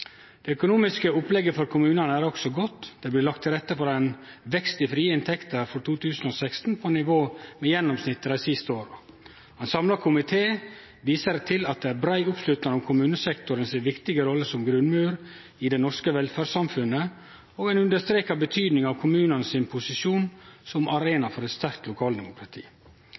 Det økonomiske opplegget for kommunane er også godt. Det blir lagt til rette for ein vekst i frie inntekter for 2016 på nivå med gjennomsnittet dei siste åra. Ein samla komité viser til at det er brei oppslutnad om kommunesektoren si viktige rolle som grunnmur i det norske velferdssamfunnet, og ein understrekar betydinga av kommunane sin posisjon som arena for eit sterkt lokaldemokrati.